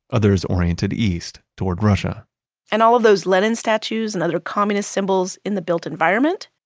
others oriented east toward russia and all of those lenin statues and other communist symbols in the built environment?